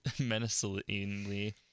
menacingly